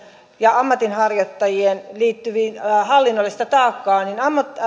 ja ammatinharjoittajien hallinnollista taakkaa